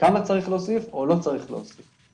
כמה צריך להוסיף או לא צריך להוסיף.